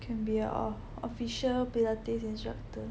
can be our official pilates instructor